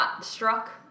struck